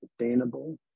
sustainable